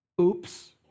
Oops